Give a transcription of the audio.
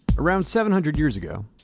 around seven hundred years ago,